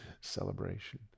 celebration